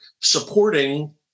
supporting